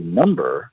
number